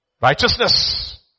Righteousness